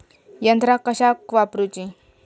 यंत्रा कशाक वापुरूची?